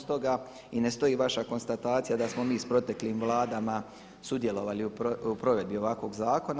Stoga ne stoji vaša konstatacija da smo mi s proteklim vladama sudjelovali u provedbi ovakvog zakona.